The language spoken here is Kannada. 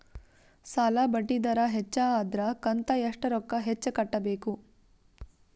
ಸಾಲಾ ಬಡ್ಡಿ ದರ ಹೆಚ್ಚ ಆದ್ರ ಕಂತ ಎಷ್ಟ ರೊಕ್ಕ ಹೆಚ್ಚ ಕಟ್ಟಬೇಕು?